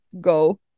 go